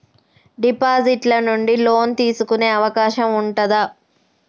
Deposit ల నుండి loan తీసుకునే అవకాశం ఉంటదా?